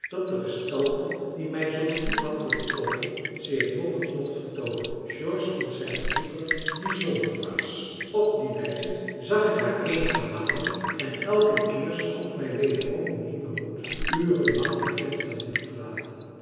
dat de gestalte die mij zoo diep had getroffen zich nog eens mocht vertoonen george vond zijn bezoeker bijzonder dwaas op die wijze zag ik haar eenige malen en elke keer schonk mij wederom nieuwen moed uren lang mijn venster niet te verlaten